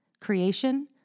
Creation